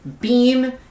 beam